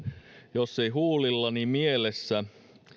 jos ei huulilla niin mielessä